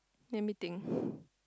let me think